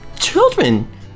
children